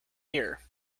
here